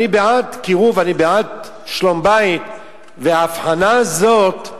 אני בעד קירוב, אני בעד שלום-בית, וההבחנה הזאת,